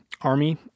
Army